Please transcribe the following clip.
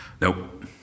Nope